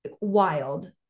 wild